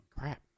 Crap